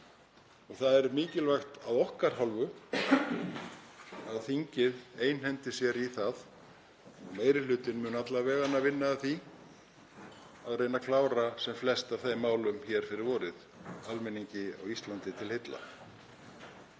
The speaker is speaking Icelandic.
Það er mikilvægt af okkar hálfu að þingið einhendi sér í það, meiri hlutinn mun alla vega vinna að því, að reyna að klára sem flest af þeim málum hér fyrir vorið, almenningi á Íslandi til heilla.